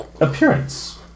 appearance